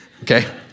okay